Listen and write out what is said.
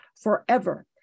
forever